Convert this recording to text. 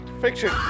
fiction